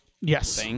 Yes